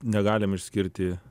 negalim išskirti